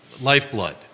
lifeblood